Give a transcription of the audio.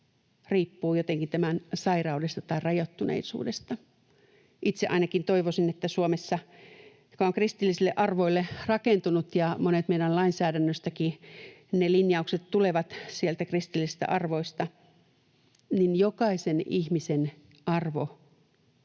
riippuu jotenkin tämän sairaudesta tai rajoittuneisuudesta? Itse ainakin toivoisin, että Suomessa, joka on kristillisille arvoille rakentunut, ja monet meidän lainsäädännön linjauksetkin tulevat sieltä kristillisistä arvoista, jokaisen ihmisen arvo